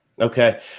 Okay